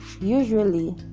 usually